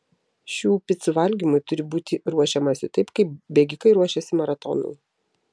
šių picų valgymui turi būti ruošiamasi taip kaip bėgikai ruošiasi maratonui